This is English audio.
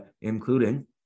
including